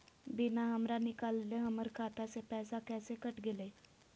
बिना हमरा निकालले, हमर खाता से पैसा कैसे कट गेलई?